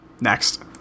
next